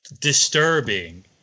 disturbing